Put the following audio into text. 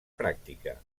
pràctica